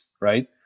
right